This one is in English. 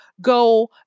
go